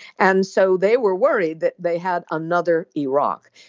and so they were worried that they had another iraq.